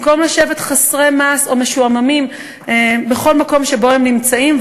במקום לשבת חסרי מעש או משועממים בכל מקום שבו הם נמצאים.